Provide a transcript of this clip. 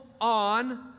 on